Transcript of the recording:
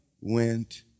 went